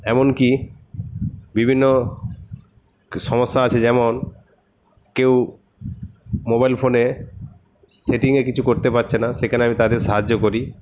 এমনকি বিভিন্ন সমস্যা আছে যেমন কেউ মোবাইল ফোনে সেটিংয়ে কিছু করতে পারছে না সেখানে আমি তাদের সাহায্য করি